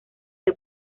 que